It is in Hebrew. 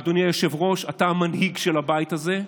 ואדוני היושב-ראש, אתה המנהיג של הבית הזה,